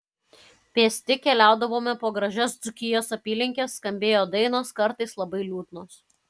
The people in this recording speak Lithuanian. pėsti keliaudavome po gražias dzūkijos apylinkes skambėjo dainos kartais labai liūdnos